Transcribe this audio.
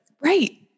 Right